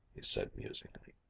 he said musingly,